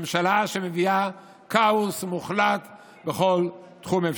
ממשלה שמביאה כאוס מוחלט בכל תחום אפשרי.